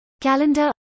calendar